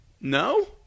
No